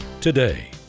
today